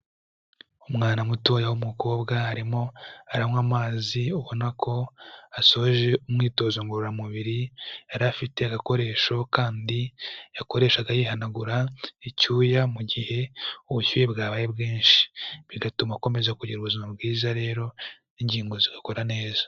Umwana mutoya w'umukobwa, arimo aranywa amazi, ubona ko asoje umwitozo ngororamubiri, yari afite agakoresho kandi yakoreshaga yihanagura icyuya, mu gihe ubushyuhe bwabaye bwinshi. Bigatuma akomeza kugira ubuzima bwiza rero, ingingo zigakora neza.